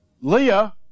Leah